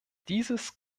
dieses